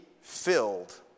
filled